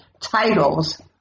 titles